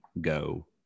go